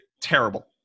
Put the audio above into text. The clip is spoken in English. terrible